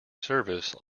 service